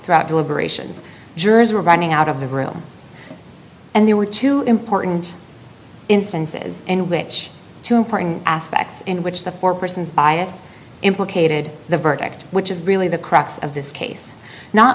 throughout deliberations jurors were running out of the room and there were two important instances in which two important aspects in which the four persons bias implicated the verdict which is really the crux of this case not